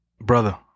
Brother